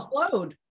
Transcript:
explode